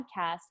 podcast